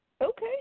Okay